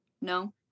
No